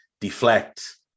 deflect